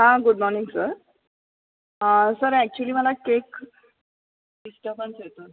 हा good morning sir sir actually मला केक डिस्टर्बन्स येतो आहे